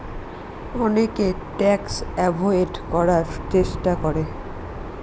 অনেকে tax avoid করার চেষ্টা করে